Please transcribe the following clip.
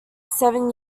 seven